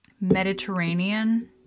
Mediterranean